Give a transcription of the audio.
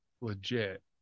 Legit